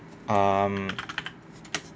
um